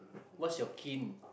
what's your kin